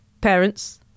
parents